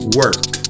work